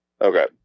okay